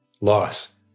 loss